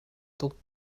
tuk